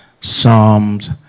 Psalms